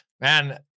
man